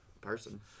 person